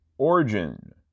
Origin